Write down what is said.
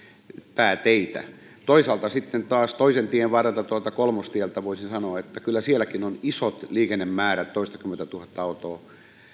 pääteitä toisaalta sitten taas toisen tien varrelta tuolta kolmostieltä katsoen voisin sanoa että kyllä sielläkin on isot liikennemäärät toistakymmentätuhatta autoa